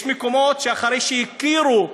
יש מקומות שאחרי שהכירו,